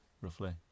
roughly